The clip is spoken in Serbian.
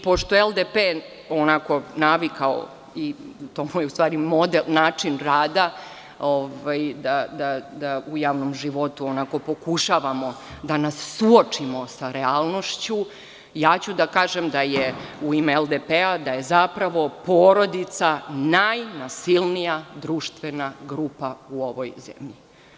Pošto je LDP navikao, to mu je način rada da u javnom životu pokušavamo da nas suočimo sa realnošću, kazaću da je u ime LDP, da je zapravo porodica najnasilnija društvena grupa u ovoj zemlji.